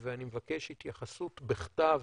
ואני מבקש התייחסות בכתב,